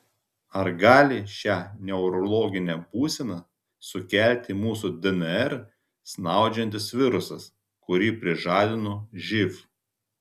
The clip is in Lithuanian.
ar gali šią neurologinę būseną sukelti mūsų dnr snaudžiantis virusas kurį prižadino živ